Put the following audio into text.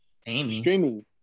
streaming